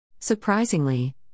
Surprisingly